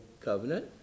covenant